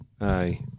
Aye